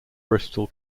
bristol